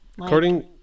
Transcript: According